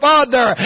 Father